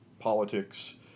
Politics